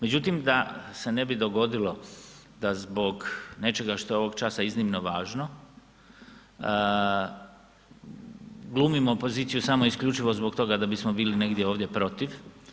Međutim da se ne bi dogodilo da zbog nečega što je ovog časa iznimno važno glumimo poziciju samo i isključivo zbog toga da bismo bili negdje ovdje protiv.